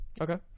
Okay